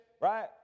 right